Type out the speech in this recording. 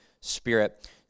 Spirit